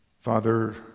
Father